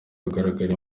kugaragara